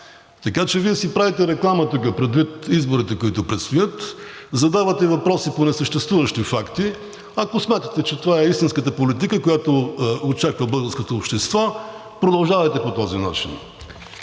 Така че Вие си правите рекламата тук предвид изборите, които предстоят, задавате въпроси по несъществуващи факти. Ако смятате, че това е истинската политика, която очаква българското общество, продължавайте по този начин.